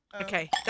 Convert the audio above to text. Okay